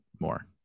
more